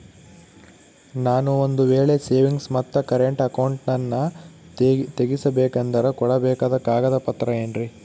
ನಾನು ಒಂದು ವೇಳೆ ಸೇವಿಂಗ್ಸ್ ಮತ್ತ ಕರೆಂಟ್ ಅಕೌಂಟನ್ನ ತೆಗಿಸಬೇಕಂದರ ಕೊಡಬೇಕಾದ ಕಾಗದ ಪತ್ರ ಏನ್ರಿ?